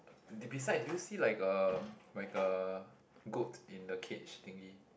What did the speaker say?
the beside do you see like a like a goat in a cage thingy